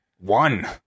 one